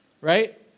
Right